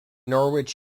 norwich